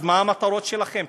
אז מה המטרות שלכם?